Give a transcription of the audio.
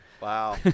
Wow